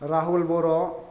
Rahul Bodo